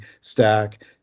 stack